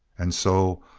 and so,